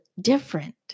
different